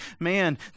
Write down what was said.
Man